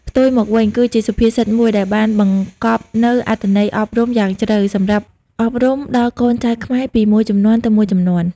ផ្ទុយមកវិញ គឺជាសុភាសិតមួយដែលបានបង្កប់នូវអត្ថន័យអប់រំយ៉ាងជ្រៅសម្រាប់អប់រំដល់កូនចៅខ្មែរពីមួយជំនាន់ទៅមួយជំនាន់។